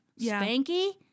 Spanky